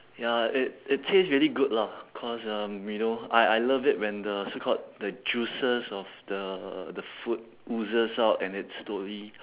ya it it tastes really good lah cause um you know I I love it when the so called the juices of the the food oozes out and it slowly